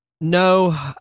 No